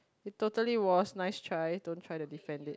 it totally was nice try don't try to defend it